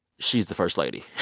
she's the first lady.